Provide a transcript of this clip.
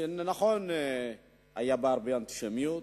נכון שהיה בה הרבה אנטישמיות,